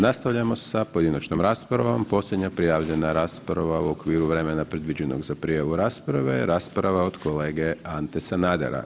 Nastavljamo sa pojedinačnom raspravom, posljednja prijavljena rasprava u okviru vremena predviđenog za prijavu rasprave je rasprava od kolege Ante Sanadera.